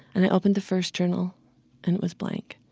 and i opened the first journal and it was blank.